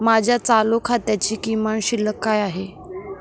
माझ्या चालू खात्याची किमान शिल्लक काय आहे?